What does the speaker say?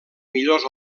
millors